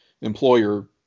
employer